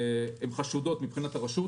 שחשודות מבחינת הרשות.